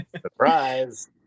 Surprise